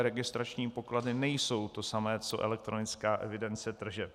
Registrační pokladny nejsou to samé co elektronická evidence tržeb.